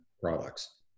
products